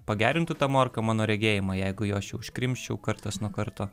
pagerintų ta morka mano regėjimą jeigu jos čia užkrimsčiau kartas nuo karto